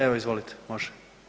Evo izvolite može.